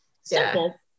Simple